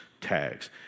tags